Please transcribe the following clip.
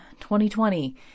2020